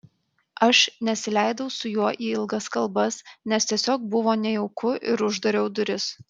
aš nesileidau su juo į ilgas kalbas nes tiesiog buvo nejauku ir uždariau duris